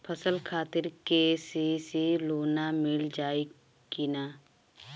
फसल खातिर के.सी.सी लोना मील जाई किना?